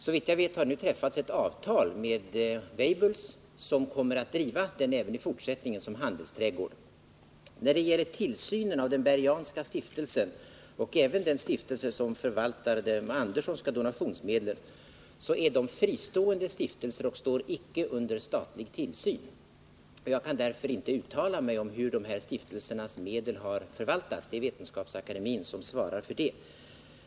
Såvitt jag vet har det nu träffats ett avtal med Weibull, som även i fortsättningen kommer att driva verksamheten som handelsträdgård. När det gäller tillsynen av den Bergianska stiftelsen och även den stiftelse som förvaltar de Andersonska donationsmedlen är att märka att de är fristående stiftelser som icke står under statlig tillsyn. Jag kan därför inte uttala mig om hur de här stiftelsernas medel har förvaltats. Det är Vetenskapsakademien som svarar för detta.